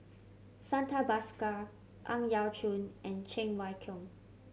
Santha Bhaskar Ang Yau Choon and Cheng Wai Keung